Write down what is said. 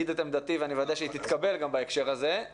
את עמדתי ואני אוודא שהיא גם תתקבל בהקשר הזה.